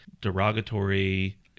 derogatory